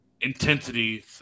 intensity